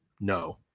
no